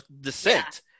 descent